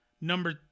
Number